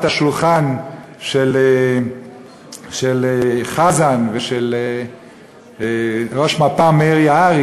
השולחן של חזן ושל וראש מפ"ם מאיר יערי,